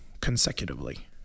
consecutively